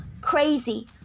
crazy